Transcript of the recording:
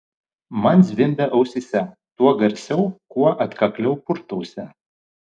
man zvimbia ausyse tuo garsiau kuo atkakliau purtausi